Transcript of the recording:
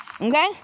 Okay